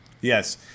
Yes